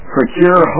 Procure